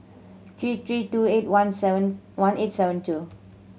three three two eight one seventh one eight seven two